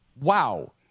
wow